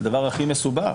הדבר הכי מסובך.